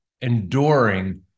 enduring